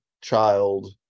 child